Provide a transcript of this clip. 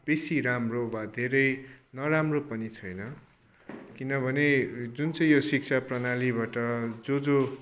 बेसी राम्रो वा धेरै नराम्रो पनि छैन किनभने जुन चाहिँ यो शिक्षा प्रणालीबाट जो जो